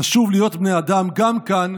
נשוב להיות בני אדם גם כאן,